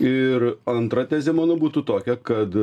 ir antra tezė mano būtų tokia kad